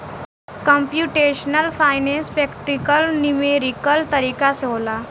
computational finance practical numerical तरीका से होला